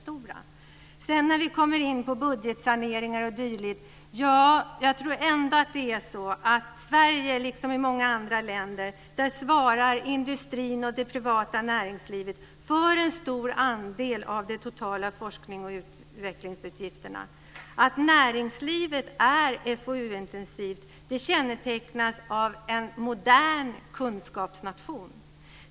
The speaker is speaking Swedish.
När vi sedan kommer in på budgetsaneringar och dylikt tror jag ändå att i Sverige, liksom i många andra länder, svarar industrin och det privata näringslivet för en stor andel av de totala forsknings och utvecklingsutgifterna. Att näringslivet är FoU intensivt kännetecknar en modern kunskapsnation.